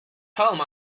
home